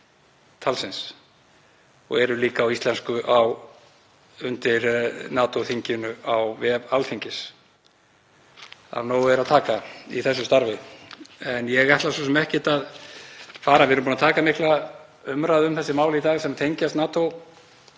ári sjö talsins og eru líka á íslensku undir NATO-þinginu á vef Alþingis. Af nógu er að taka í þessu starfi en ég ætla svo sem ekkert að fara — við erum búin að taka mikla umræðu um þessi mál í dag sem tengjast NATO,